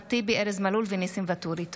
אחמד טיבי, ארז מלול וניסים ואטורי בנושא: